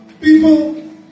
People